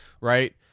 right